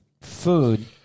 food